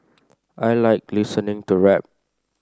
I like listening to rap